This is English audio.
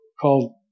called